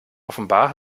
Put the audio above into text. offenbar